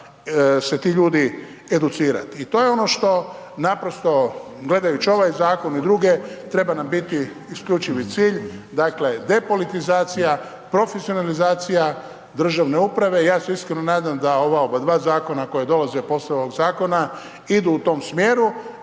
se ti ljudi educirati. I to je ono što naprosto gledajući ovaj zakon i druge treba nam biti isključivi cilj. Dakle, depolitizacija, profesionalizacija državne uprave, ja se iskreno nadam da ova oba dva zakona koja dolaze posle ovog zakona idu u tom smjeru